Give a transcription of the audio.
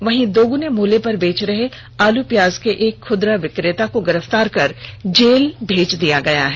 वहीं दोगुने मूल्य पर बेच रहे आलू प्याज के एक खुदरा विक्रेता को गिरफ़तार कर जेल भेज दिया है